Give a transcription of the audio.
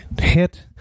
hit